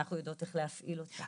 אנחנו יודעות איך להפעיל אותה.